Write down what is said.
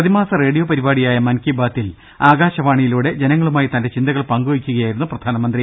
പ്രതിമാസ റേഡിയോ പരിപാടിയായ മൻ കി ബാതിൽ ആകാശവാണിയിലൂടെ ജനങ്ങളുമായി തന്റെ ചിന്തകൾ പങ്കുവെയ്ക്കുകയായിരുന്നു പ്രധാനമന്ത്രി